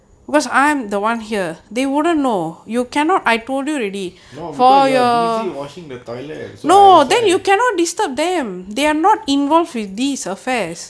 no because you are busy washing the toilet so I was I